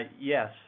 Yes